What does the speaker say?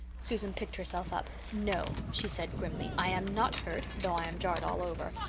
susan picked herself up. no, she said grimly, i am not hurt, though i am jarred all over.